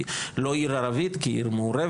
היא לא עיר ערבית, כי היא מעורבת.